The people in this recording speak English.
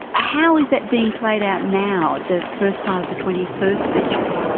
ah how is that being played out now, the first part of the twenty first century?